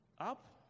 up